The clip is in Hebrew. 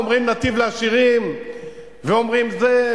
אומרים נתיב לעשירים ואומרים זה,